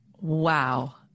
Wow